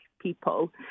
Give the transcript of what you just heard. people